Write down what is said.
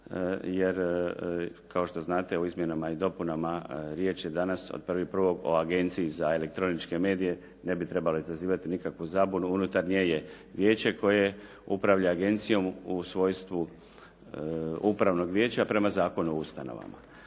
Jer kao što znate u izmjenama i dopunama riječ je danas od prvi prvog o Agenciji za elektroničke medije, ne bi trebalo izazivati nikakvu zabunu. Unutar nje je vijeće koje upravlja agencijom u svojstvu upravnog vijeća prema Zakonu o ustanovama.